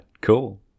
Cool